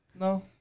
No